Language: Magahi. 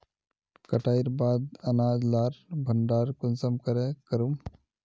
कटाईर बाद अनाज लार भण्डार कुंसम करे करूम?